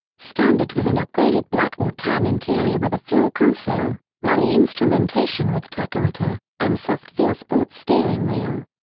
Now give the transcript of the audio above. standard was an upgraded black or tan interior with a floor console, rally instrumentation with tachometer, and soft-feel sports steering wheel.